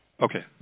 Okay